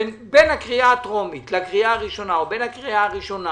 ובין הקריאה הטרומית לראשונה או בין הראשונה